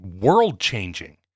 world-changing